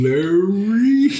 Larry